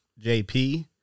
JP